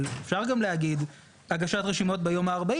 אבל אפשר גם להגיד הגשת רשימות ביום ה-40,